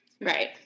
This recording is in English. Right